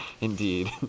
Indeed